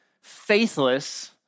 faithless